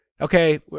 okay